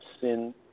sin